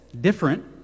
different